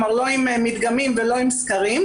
לא עם מדגמים ולא עם סקרים,